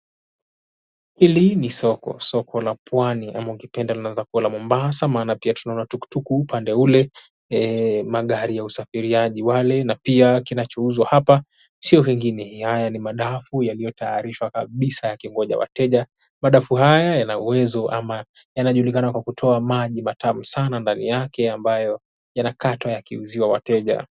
Hili ni soko soko la pwani ama ukipenda linaweza kua la Mombasa maana pia tunaona tukutuku upande ule magari ya usafiriaji wale na pia kinachouzwa hapa sio kengine haya ni madafu yaliyotayarishwa kabisa yakingonja wateja madafu haya yana uwezo ama yanajulikana kama kwa kutoa majia matamu sana ndani yake ambayo yanakatwa yakiuziwa wateja.